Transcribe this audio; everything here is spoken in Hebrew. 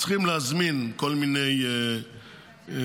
צריכים להזמין כל מיני רמקולים,